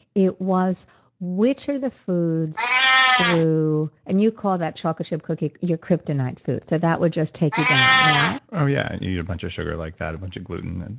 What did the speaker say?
it was which are the foods through. and you call that chocolate chip cookie your kryptonite food. so that would just take you down, yeah? oh yeah, i'd eat a bunch of sugar like that, a bunch of gluten. and